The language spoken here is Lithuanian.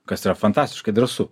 kas yra fantastiškai drąsu